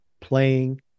playing